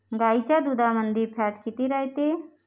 गाईच्या दुधामंदी फॅट किती रायते?